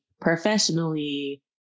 professionally